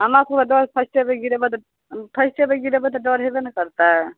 हमरा सबके डर फर्स्टे बेर गिरेबै तऽ फर्स्टे बेर गिरेबै तऽ डर हेबे ने करतै